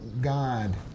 God